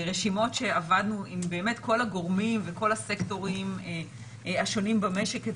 רשימות שעבדנו באמת עם כל הגורמים וכל הסקטורים השונים במשק,